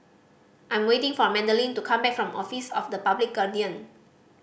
I'm waiting for Madlyn to come back from Office of the Public Guardian